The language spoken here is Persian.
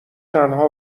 تنها